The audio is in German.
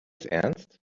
ernst